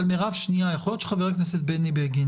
מירב, יכול להיות שחבר הכנסת בני בגין